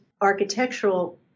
architectural